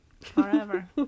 forever